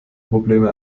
probleme